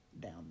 down